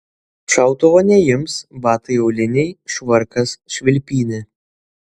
šautuvo neims batai auliniai švarkas švilpynė